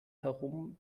herum